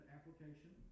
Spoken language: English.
application